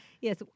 Yes